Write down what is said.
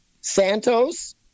Santos